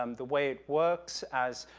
um the way it works, as,